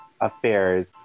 affairs